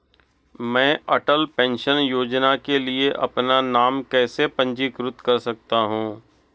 मैं अटल पेंशन योजना के लिए अपना नाम कैसे पंजीकृत कर सकता हूं?